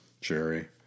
Jerry